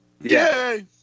Yay